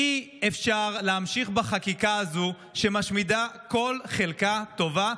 אי-אפשר להמשיך בחקיקה הזו, שמשמידה כל חלקה טובה.